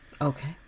Okay